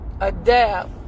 adapt